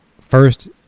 first